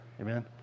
Amen